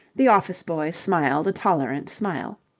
the office-boy smiled a tolerant smile.